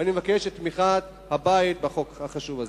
ואני מבקש את תמיכת הבית בחוק החשוב הזה.